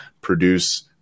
produce